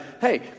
hey